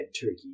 turkey